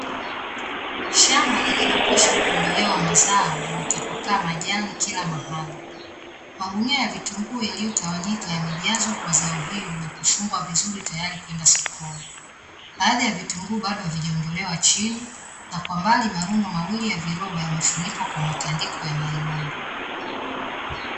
Shamba lililokiwisha kuondolewa mazao limetapakaa majani kila mahali. Magunia ya vitunguu yaliyotawanyika yamejazwa kwa zao hili na kufungwa vizuri tayari kwenda sokoni. Baadhi ya vitunguu bado havijaondolewa chini, na kwa mbali marundo mawili ya viroba yamefunikwa kwa matandiko ya nailoni.